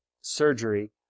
surgery